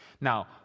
Now